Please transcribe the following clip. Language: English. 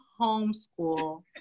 homeschool